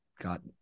got